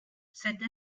cette